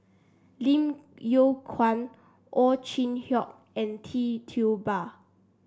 Lim Yew Kuan Ow Chin Hock and Tee Ba